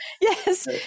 Yes